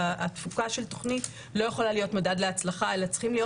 התפוקה של תוכנית לא יכולה להיות מדד להצלחה אלא צריכים להיות